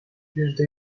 yüzde